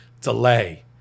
delay